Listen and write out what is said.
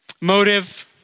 motive